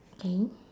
okay